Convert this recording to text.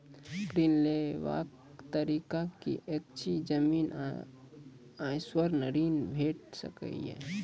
ऋण लेवाक तरीका की ऐछि? जमीन आ स्वर्ण ऋण भेट सकै ये?